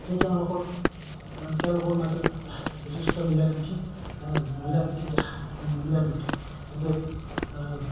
সেই তেওঁলোকৰ তেওঁলোকৰ মাজত যথেষ্ট মিলা প্ৰীতি মিলা প্ৰীতি দেখা মিলা প্ৰীতি যে